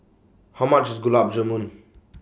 How much IS Gulab Jamun